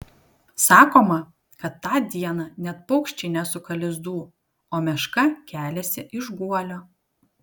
sakoma kad tą dieną net paukščiai nesuka lizdų o meška keliasi iš guolio